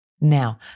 Now